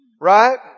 Right